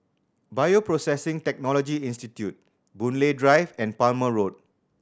Bioprocessing Technology Institute Boon Lay Drive and Palmer Road